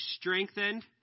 strengthened